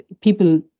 people